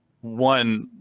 one